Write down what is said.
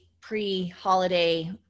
pre-holiday